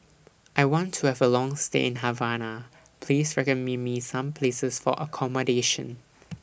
I want to Have A Long stay in Havana Please recommend Me Me Some Places For accommodation